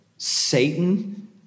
Satan